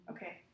Okay